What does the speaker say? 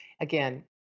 Again